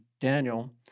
Daniel